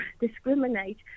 discriminate